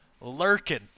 lurking